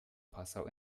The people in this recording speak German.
passau